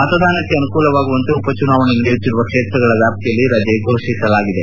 ಮತದಾನಕ್ಕೆ ಅನುಕೂಲವಾಗುವಂತೆ ಉಪ ಚುನಾವಣೆ ನಡೆಯುತ್ತಿರುವ ಕ್ಷೇತ್ರಗಳ ವ್ಯಾಪ್ತಿಯಲ್ಲಿ ರಜೆ ಫೋಷಿಸಲಾಗಿದೆ